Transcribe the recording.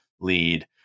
lead